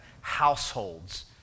households